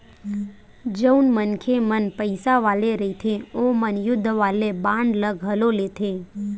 जउन मनखे मन पइसा वाले रहिथे ओमन युद्ध वाले बांड ल घलो लेथे